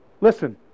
Listen